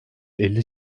elli